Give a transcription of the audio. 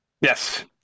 Yes